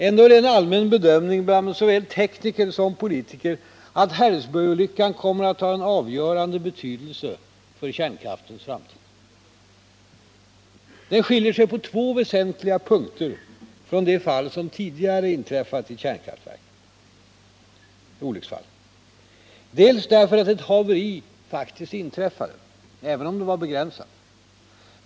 Ändå är det en allmän bedömning bland såväl tekniker som politiker att Harrisburgolyckan kommer att ha en avgörande betydelse för kärnkraftens framtid. Den skiljer sig på två väsentliga punkter från de olycksfall som tidigare inträffat i kärnkraftverk. För det första därför att ett haveri faktiskt inträffade, även om det var begränsat.